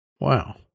Wow